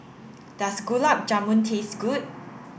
does Gulab Jamun taste good